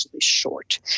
short